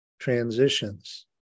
transitions